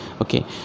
Okay